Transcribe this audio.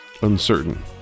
uncertain